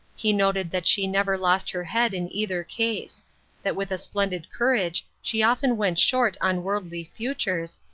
he noted that she never lost her head in either case that with a splendid courage she often went short on worldly futures,